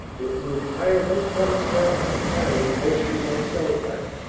with the entire headquarters staff of the battalion, mostly by shell fire.